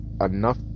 enough